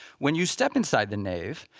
when you step inside the nave,